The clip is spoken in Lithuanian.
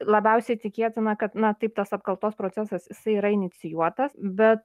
labiausiai tikėtina kad na taip tas apkaltos procesas jisai yra inicijuotas bet